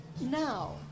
now